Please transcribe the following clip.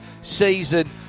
season